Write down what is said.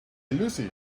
lucy